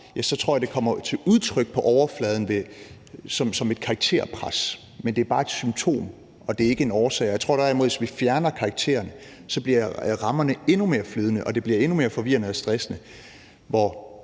jeg, at det kommer til udtryk på overfladen som et karakterpres. Men det er bare et symptom, det er ikke en årsag. Jeg tror derimod, at hvis vi fjerner karaktererne, bliver rammerne endnu mere flydende, og det bliver endnu mere forvirrende og stressende